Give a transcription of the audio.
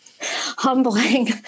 humbling